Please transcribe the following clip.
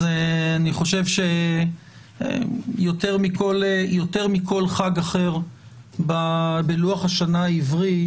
אני חושב שיותר מכל חג אחר בלוח השנה העברי,